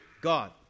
God